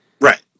right